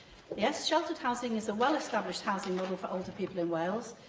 yes. sheltered housing is a well-established housing model for older people in wales.